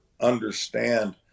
understand